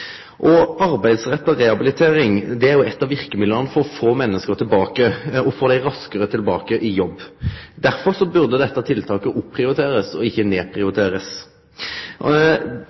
pst. Arbeidsretta rehabilitering er eitt av verkemidla for å få menneske raskare tilbake i jobb. Derfor burde dette tiltaket opprioriterast og ikkje nedprioriterast.